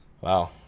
Wow